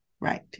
Right